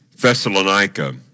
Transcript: Thessalonica